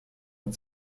mit